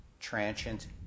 transient